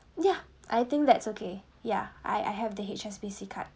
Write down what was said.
ya I think that's okay yeah I I have the H_S_B_C card